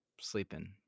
sleeping